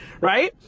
right